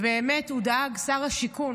ובאמת שר השיכון,